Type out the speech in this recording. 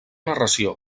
narració